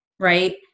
Right